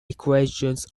equations